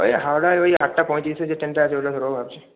ওই হাওড়ায় ওই আটটা পঁয়ত্রিশে যে ট্রেনটা আছে ওইটা ধরব ভাবছি